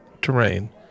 terrain